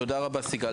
תודה רבה, סיגל.